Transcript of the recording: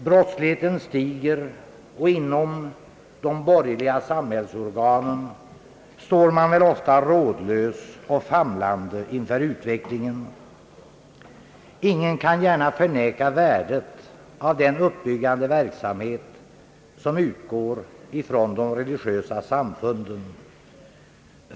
Brottsligheten ökar, och inom de borgerliga samhällsorganen står man ofta rådlös och famlande inför utvecklingen. — Ingen kan gärna förneka värdet av den uppbyggande verksamhet som utgår från de religiösa samfunden.